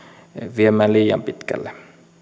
viemään liian pitkälle